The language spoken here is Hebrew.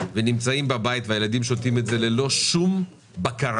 ונמצאים בבית והילדים שותים את זה ללא שום בקרה.